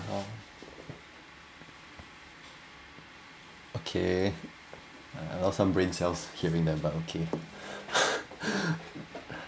move on okay I lost some brain cells hearing that but okay